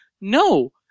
No